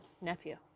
nephew